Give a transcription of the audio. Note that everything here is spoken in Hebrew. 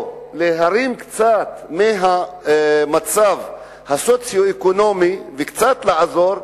או להרים אותו קצת מהמצב הסוציו-אקונומי וקצת לעזור,